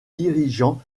dirigeants